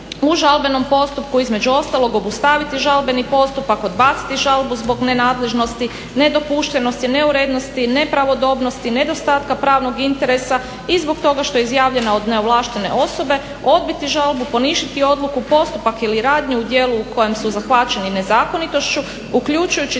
u žalbenom postupku između ostalog obustaviti žalbeni postupak, odbaciti žalbu zbog nenadležnosti, nedopuštenosti, neurednosti, nepravodobnosti, nedostatka pravnog interesa i zbog toga što je izjavljena od neovlaštene osobe, odbiti žalbu, poništiti odluku, postupak ili radnju u dijelu u kojem su zahvaćeni nezakonitošću uključujući